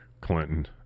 Clinton